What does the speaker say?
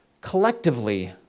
Collectively